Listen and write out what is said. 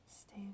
Stay